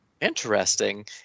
interesting